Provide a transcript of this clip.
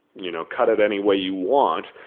you know, cut it any way you want,